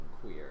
queer